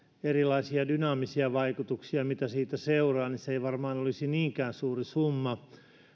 erilaisia dynaamisia vaikutuksia mitä siitä seuraa se ei varmaan olisi niinkään suuri summa